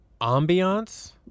ambiance